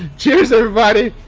cheers everybody!